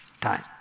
time